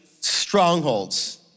strongholds